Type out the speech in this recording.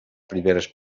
primeres